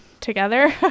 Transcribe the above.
together